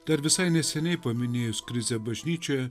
dar visai neseniai paminėjus krizę bažnyčioje